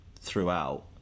throughout